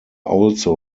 also